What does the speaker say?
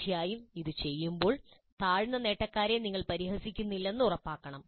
തീർച്ചയായും ഇത് ചെയ്യുമ്പോൾ താഴ്ന്ന നേട്ടക്കാരെ ഞങ്ങൾ പരിഹസിക്കുന്നില്ലെന്ന് ഉറപ്പാക്കണം